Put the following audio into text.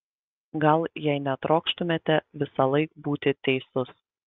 gal jei netrokštumėte visąlaik būti teisus